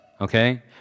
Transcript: Okay